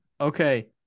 okay